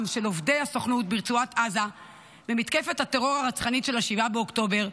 של עובדי הסוכנות ברצועת עזה במתקפת הטרור הרצחנית ב-7 באוקטובר,